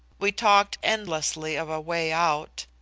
we talked endlessly of a way out.